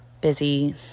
busy